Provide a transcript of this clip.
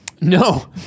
No